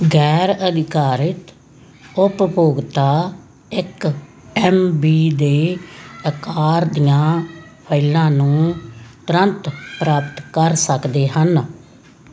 ਗੈਰ ਅਧਿਕਾਰਿਤ ਉਪਭੋਗਤਾ ਇੱਕ ਐੱਮਬੀ ਦੇ ਆਕਾਰ ਦੀਆਂ ਫਾਈਲਾਂ ਨੂੰ ਤੁਰੰਤ ਪ੍ਰਾਪਤ ਕਰ ਸਕਦੇ ਹਨ